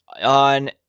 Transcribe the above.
on